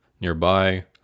nearby